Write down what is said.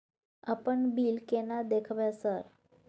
अपन बिल केना देखबय सर?